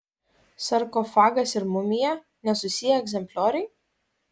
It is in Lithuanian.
sarkofagas ir mumija nesusiję egzemplioriai